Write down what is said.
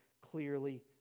clearly